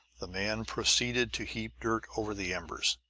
the man proceeded to heap dirt over the embers.